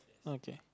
okay